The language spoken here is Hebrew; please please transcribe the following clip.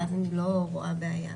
ואז אני לא רואה בעיה.